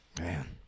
Man